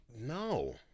no